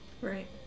Right